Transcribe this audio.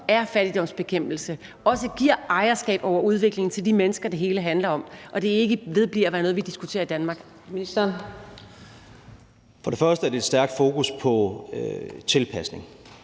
er fattigdomsbekæmpelse og også giver ejerskab over udviklingen til de mennesker, det hele handler om, og det ikke vedbliver at være noget, vi diskuterer i Danmark? Kl. 17:35 Fjerde næstformand (Karina